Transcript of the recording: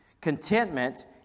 contentment